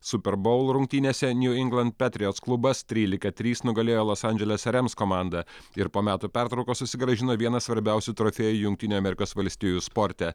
super boul rungtynėse nju ingland petriots klubas trylika trys nugalėjo los andželes rems komandą ir po metų pertraukos susigrąžino vieną svarbiausių trofėjų jungtinių amerikos valstijų sporte